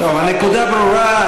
הנקודה ברורה.